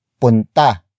punta